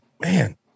man